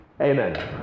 amen